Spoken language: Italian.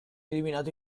eliminato